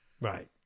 Right